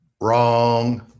Wrong